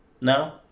No